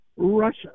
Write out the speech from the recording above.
Russia